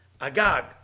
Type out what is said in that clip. Agag